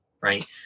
Right